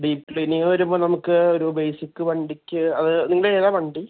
deep cleaning വരുമ്പോൾ നമുക്ക് ഒരു ബേസിക്ക് വണ്ടിക്ക് അത് നിങ്ങളുടെ ഏതാണ് വണ്ടി